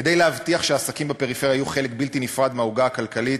כדי להבטיח שהעסקים בפריפריה יהיו חלק בלתי נפרד מהעוגה הכלכלית,